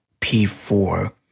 P4